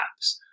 apps